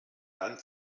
land